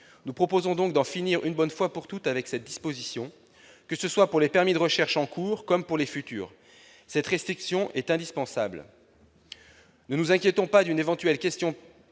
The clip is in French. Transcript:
Nous proposons donc d'en finir une bonne fois pour toutes avec cette disposition, que ce soit pour les permis de recherches en cours ou pour les permis futurs. Cette restriction est indispensable. Ne nous inquiétons pas d'une éventuelle question